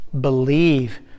Believe